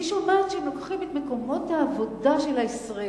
אני שומעת שהם לוקחים את מקומות העבודה של הישראלים.